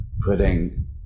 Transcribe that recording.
putting